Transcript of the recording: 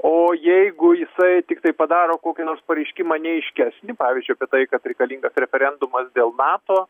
o jeigu jisai tiktai padaro kokį nors pareiškimą neaiškesnį pavyzdžiui apie tai kad reikalingas referendumas dėl nato